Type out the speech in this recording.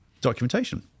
documentation